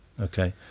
Okay